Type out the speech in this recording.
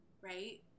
right